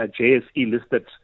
JSE-listed